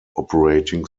operating